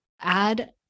add